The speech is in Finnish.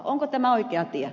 onko tämä oikea tie